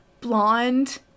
Blonde